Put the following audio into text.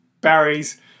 Barry's